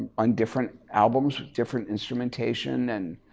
on different albums with different instrumentation and